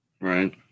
right